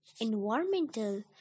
environmental